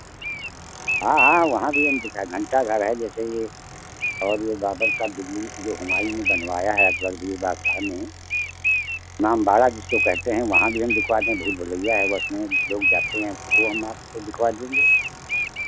हाँ हाँ वहाँ भी हम दिखा घंटाघर है जैसे ये और ये बाबर का दिल्ली जो हुमायूँ ने बनवाया है अकबर वीर बादशाह ने इमामबाड़ा जिसको कहते हैं वहाँ भी हम दिखवाते हैं भूल भुलैया है उसमें लोग जाते हैं उसको हम आपको दिखवा देंगे